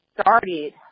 started